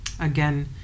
Again